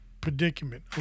predicament